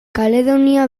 kaledonia